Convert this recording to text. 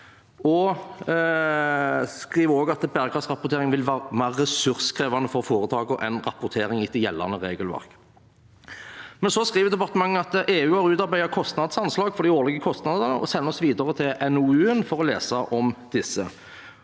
De skriver også at «bærekraftsrapportering vil være mer ressurskrevende for foretakene enn rapportering etter gjeldende regelverk.» Men så skriver departementet at EU har utarbeidet anslag for de årlige kostnadene og sender oss videre til NOU-en for å lese om disse.